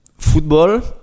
Football